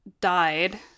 died